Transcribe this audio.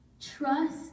Trust